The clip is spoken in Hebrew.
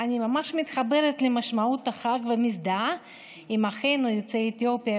אני ממש מתחברת למשמעות החג ומזדהה עם אחינו יוצאי אתיופיה,